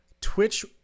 Twitch